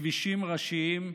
בכבישים ראשיים,